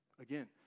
Again